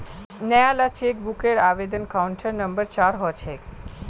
नयाला चेकबूकेर आवेदन counter number चार ह छेक